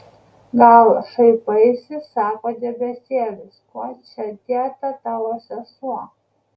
gal šaipaisi sako debesėlis kuo čia dėta tavo sesuo